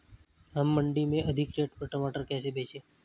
हम मंडी में अधिक रेट पर टमाटर कैसे बेचें?